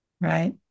right